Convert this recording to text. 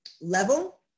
level